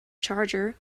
charger